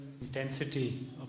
Intensity